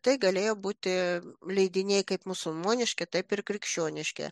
tai galėjo būti leidiniai kaip musulmoniški taip ir krikščioniški